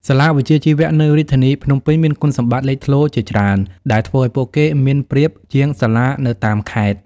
សាលាវិជ្ជាជីវៈនៅរាជធានីភ្នំពេញមានគុណសម្បត្តិលេចធ្លោជាច្រើនដែលធ្វើឱ្យពួកគេមានប្រៀបជាងសាលានៅតាមខេត្ត។